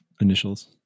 initials